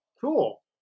Cool